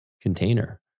container